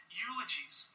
eulogies